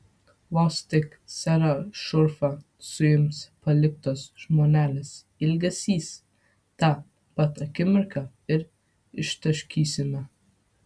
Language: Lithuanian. vos tik serą šurfą suims paliktos žmonelės ilgesys tą pat akimirką ir ištaškysime